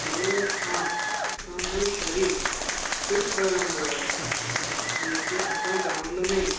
खेल खां असांजो शरीर फिट रहंदो आहे जेके असां ग्राउंड में